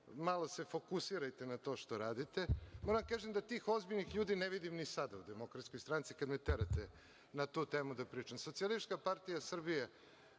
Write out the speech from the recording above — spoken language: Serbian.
malo se fokusirajte na to što radite. Moram da kažem da tih ozbiljnih ljudi ne vidim ni sada u DS, kada me terate na tu temu da pričam. Socijalistička partija Srbije